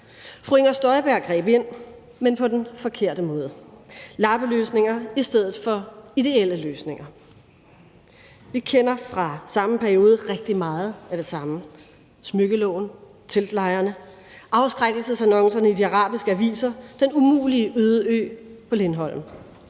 fru Inger Støjberg greb ind, men på den forkerte måde, og der var lappeløsninger i stedet for ideelle løsninger. Vi kender fra den samme periode rigtig meget af det samme: smykkeloven, teltlejrene, afskrækkelsesannoncerne i de arabiske aviser, den umulige øde ø på Lindholm